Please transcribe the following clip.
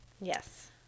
Yes